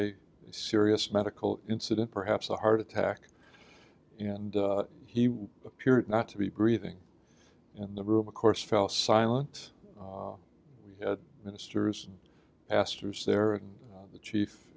a serious medical incident perhaps a heart attack and he appeared not to be breathing in the room of course fell silent we had ministers pastors there and the chief